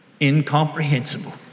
Incomprehensible